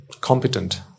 competent